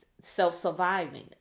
self-surviving